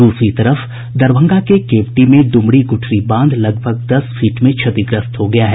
दूसरी तरफ दरभंगा के केवटी में ड्मरी गूठरी बांध लगभग दस फीट में क्षतिग्रस्त हो गया है